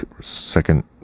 second